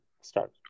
start